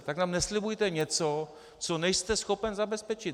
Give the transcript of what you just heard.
Tak nám neslibujte něco, co nejste schopen zabezpečit.